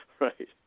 right